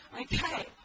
Okay